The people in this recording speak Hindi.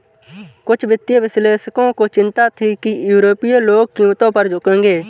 कुछ वित्तीय विश्लेषकों को चिंता थी कि यूरोपीय लोग कीमतों पर झुकेंगे